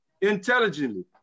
intelligently